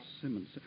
Simmons